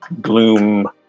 gloom